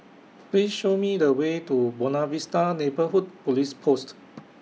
Please Show Me The Way to Buona Vista Neighbourhood Police Post